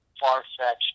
far-fetched